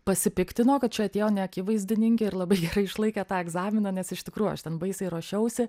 pasipiktino kad čia atėjo neakivaizdininkė ir labai gerai išlaikė tą egzaminą nes iš tikrųjų aš ten baisiai ruošiausi